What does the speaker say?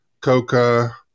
coca